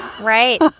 Right